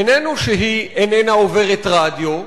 איננו שהיא איננה עוברת רדיו,